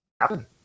Happen